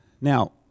Now